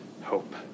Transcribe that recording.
hope